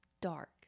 dark